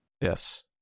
Yes